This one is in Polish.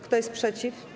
Kto jest przeciw?